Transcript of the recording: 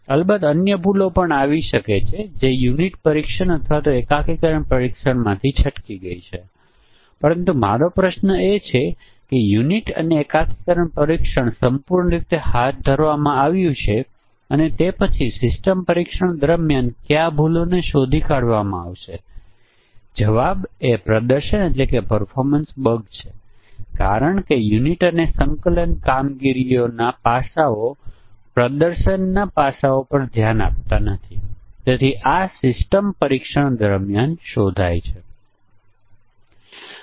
તેથી કેટલા જોડી મુજબના પરીક્ષણ કેસની જરૂર પડશે તે શોધવું ખૂબ જ મુશ્કેલ છે કેમ કે મેં કહ્યું હતું કે જુદા જુદા સાધનો ચલાવેલા એલ્ગોરિધમના આધારે વિવિધ પ્રકારના પરીક્ષણના કેસો ઉત્પન્ન કરી શકે છે પરંતુ તે પછી આપણી પાસે એલ્ગોરિધમ્સ હોઈ શકે છે જે હિલ ક્લાઇમ્બીંગ કમ્બીનેટોરિયલ ઑપ્ટિમાઇઝેશન અને જીનેટિક અલ્ગોરિધમ્સ છે તેનાથી આપણે શ્રેષ્ઠ પરીક્ષણનાં કેસોની નજીક આવી શકીએ